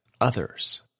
others